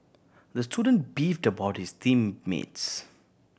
the student beefed about his team mates